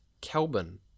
Kelvin